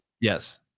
Yes